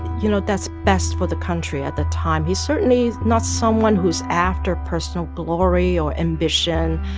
you know, that's best for the country at the time. he's certainly not someone who's after personal glory or ambition.